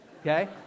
okay